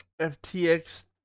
FTX